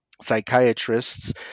psychiatrists